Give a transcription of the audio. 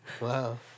Wow